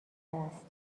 است